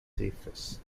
safest